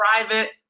private